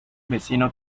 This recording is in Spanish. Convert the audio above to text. vecino